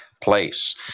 place